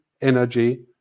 energy